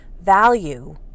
value